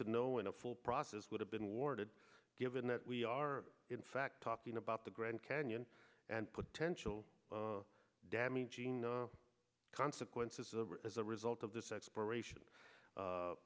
to know and a full process would have been awarded given that we are in fact talking about the grand canyon and potential damaging the consequences of as a result of this exploration